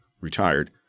retired